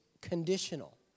conditional